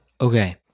Okay